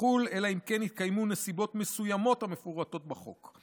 שתחול אלא אם כן התקיימו נסיבות מסוימות המפורטות בחוק.